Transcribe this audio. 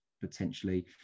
potentially